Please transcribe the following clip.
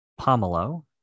pomelo